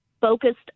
focused